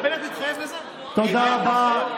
תודה רבה.